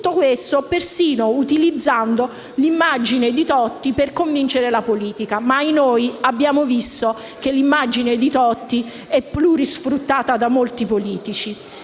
residenziale, persino utilizzando l'immagine di Totti per convincere la politica. Ma - ahinoi - abbiamo visto che l'immagine di Totti è più che sfruttata da molti politici.